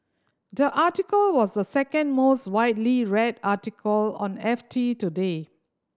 the article was the second most widely read article on F T today